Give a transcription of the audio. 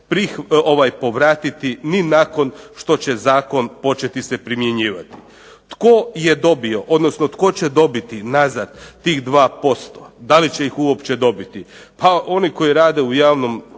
neće povratiti ni nakon što će zakon početi se primjenjivati. Tko će dobiti nazad tih 2%? Da li će ih uopće odbiti? Pa oni koji rade u javnom